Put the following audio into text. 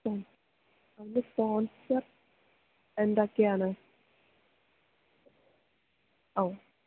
ഉം അവൻ്റെ സ്പോൺസർ എന്തൊക്കെയാണ് ഔ